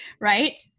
right